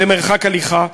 במרחק הליכה.